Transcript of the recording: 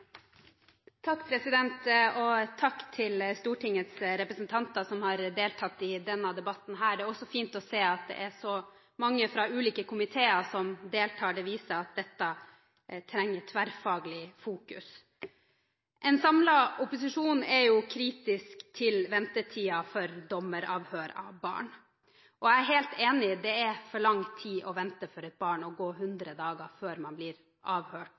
Takk til Stortingets representanter som har deltatt i denne debatten. Det er også fint å se at det er mange fra ulike komiteer som deltar. Det viser at dette trenger tverrfaglig fokus. En samlet opposisjon er kritisk til ventetiden for dommeravhør av barn. Jeg er helt enig, det er for lang tid å vente for et barn å gå 100 dager før man blir avhørt